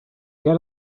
get